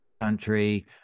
country